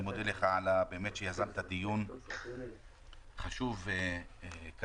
אני מודה לך באמת שיזמת דיון חשוב כזה.